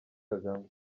kagame